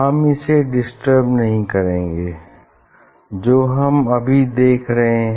हम इसे डिस्टर्ब नहीं करेंगे जो हम अभी देख रहे हैं